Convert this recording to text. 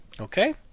Okay